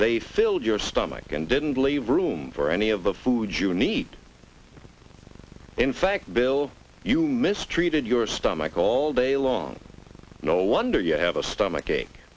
they filled your stomach and didn't leave room for any of the food you need in fact bill you mistreated your stomach all day long no wonder you have a stomach ache